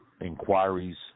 inquiries